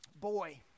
boy